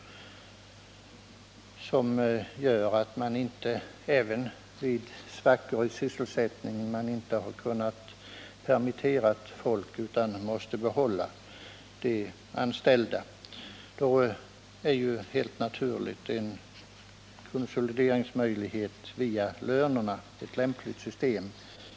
Även vid svackor i sysselsättningen kan företag inte permittera utan måste behålla de anställda. Då är helt naturligt en konsolideringsmöjlighet via lönerna ett lämpligt system.